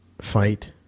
fight